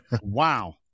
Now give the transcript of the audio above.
Wow